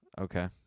Okay